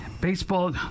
baseball